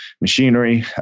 machinery